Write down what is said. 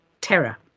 terror